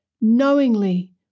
knowingly